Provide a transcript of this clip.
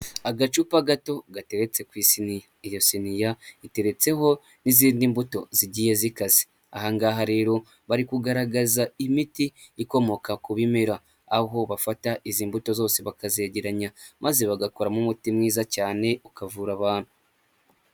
Agacupa gato gateretse ku isiniya, iyo siniya iteretseho n'izindi mbuto zigiye zikase, ahangaha rero bari kugaragaza imiti ikomoka ku bimera, aho bafata izi mbuto zose bakazegeranya maze bagakoramo umuti mwiza cyane ukavura abantu.